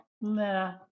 nah